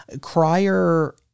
crier